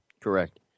Correct